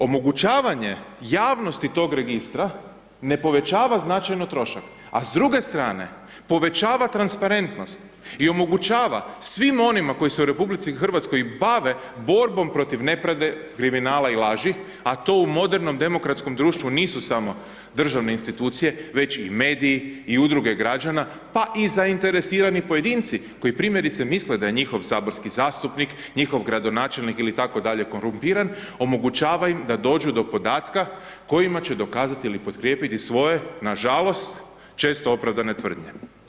Omogućavanje javnosti tog registra, ne povećava značajno trošak, a s druge strane, povećava transparentnost i omogućava svim onima koji se u RH bave borbom protiv nepravde, kriminala i laži, a to u modernom demokratskom društvu nisu samo državne institucije, već i mediji i Udruge građana, pa i zainteresirani pojedinci koji primjerice misle da je njihov saborski zastupnik, njihov gradonačelnik ili tako dalje, korumpiran, omogućava im da dođu do podatka kojima će dokazati ili potkrijepiti svoje, nažalost, često opravdane tvrdnje.